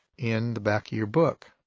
in the back of your book.